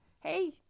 Hey